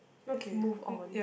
let's move on